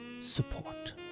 support